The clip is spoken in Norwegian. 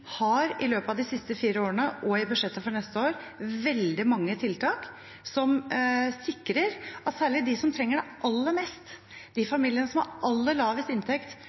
siste fire årene har hatt og i budsjettet for neste år har veldig mange tiltak som sikrer at særlig de som trenger det aller mest, de familiene som har aller lavest inntekt,